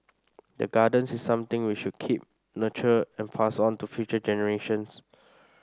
the gardens is something we should keep nurture and pass on to future generations